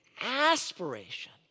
aspiration